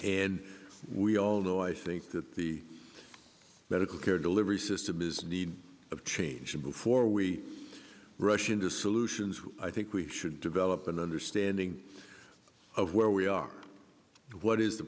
and we all know i think that the medical care delivery system is need of change and before we rush into solutions i think we should develop an understanding of where we are what is the